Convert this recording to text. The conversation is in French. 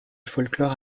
folklore